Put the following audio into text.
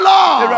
Lord